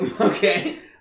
Okay